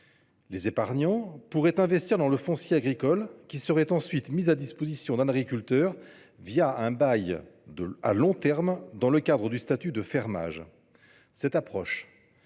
Les épargnants pourraient ainsi investir dans le foncier agricole, lequel serait ensuite mis à la disposition d’un agriculteur au travers d’un bail à long terme, dans le cadre du statut de fermage. Cette approche